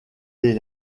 des